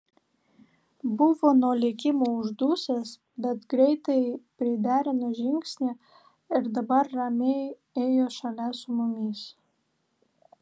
buvo nuo lėkimo uždusęs bet greitai priderino žingsnį ir dabar ramiai ėjo šalia su mumis